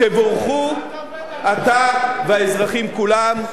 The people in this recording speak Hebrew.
תבורכו אתה והאזרחים כולם,